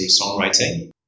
songwriting